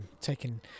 taking